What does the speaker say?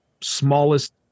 smallest